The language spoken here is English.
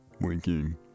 winking